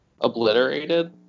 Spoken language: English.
obliterated